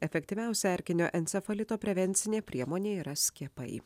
efektyviausia erkinio encefalito prevencinė priemonė yra skiepai